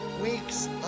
weeks